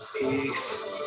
Peace